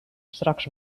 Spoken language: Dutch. straks